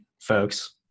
folks